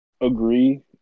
agree